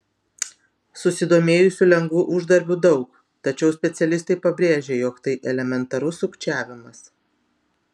susidomėjusių lengvu uždarbiu daug tačiau specialistai pabrėžia jog tai elementarus sukčiavimas